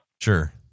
Sure